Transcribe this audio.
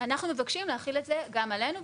אנחנו מבקשים להחיל את זה גם עלינו.